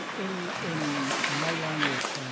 in in my language,